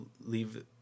leave